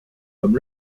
comme